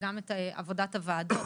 וגם את עבודת הוועדות,